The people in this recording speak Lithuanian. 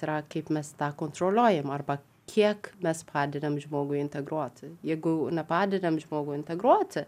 yra kaip mes tą kontroliuojam arba kiek mes padedam žmogui integruoti jeigu nepadedam žmogui integruoti